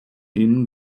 ihnen